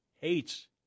hates